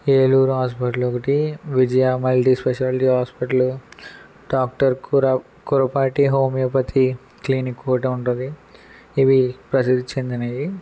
Eluru hospital ఒకటి Vijaya multispeciality hospital doctor కురావ్ Kurapati homeopathy clinic ఒకటే ఉంటుంది ఇవి ప్రజలకు చెందినవి